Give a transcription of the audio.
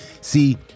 see